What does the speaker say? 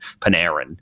Panarin